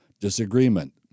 disagreement